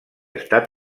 estat